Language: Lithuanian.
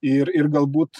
ir ir galbūt